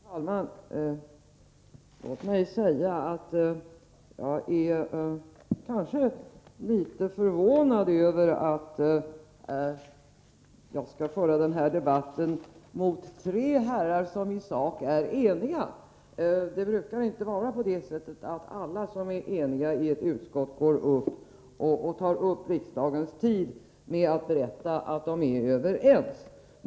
Fru talman! Låt mig säga att jag kanske är litet förvånad över att jag får föra denna debatt mot tre herrar som i sak är eniga. Det brukar inte vara så att alla som är eniga i ett utskott tar upp riksdagens tid med att berätta att de är överens.